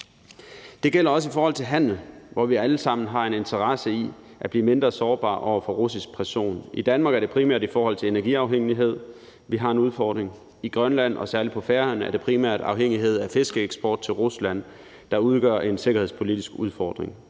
Det gælder også i forhold til handel, hvor vi alle sammen har en interesse i at blive mindre sårbare over for russisk pression. I Danmark er det primært i forhold til energiafhængighed, vi har en udfordring; i Grønland og særlig på Færøerne er det primært afhængigheden af fiskeeksport til Rusland, der udgør en sikkerhedspolitisk udfordring.